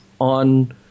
on